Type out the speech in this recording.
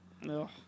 No